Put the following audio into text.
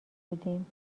بودیم